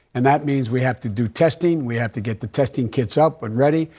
and that means we have to do testing. we have to get the testing kits up and ready.